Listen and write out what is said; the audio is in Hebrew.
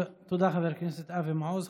תודה, חבר הכנסת אבי מעוז.